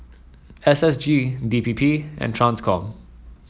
S S G D P P and Transcom